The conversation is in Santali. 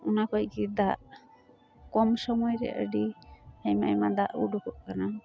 ᱚᱱᱟᱠᱷᱚᱱ ᱜᱮ ᱫᱟᱜ ᱠᱚᱢ ᱥᱚᱢᱚᱭ ᱨᱮ ᱟᱹᱰᱤ ᱟᱭᱢᱟ ᱟᱭᱢᱟ ᱫᱟᱜ ᱚᱰᱚᱜᱚᱜ ᱠᱟᱱᱟ